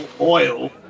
Oil